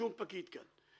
לשום פקיד כאן.